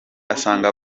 asanga